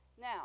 Now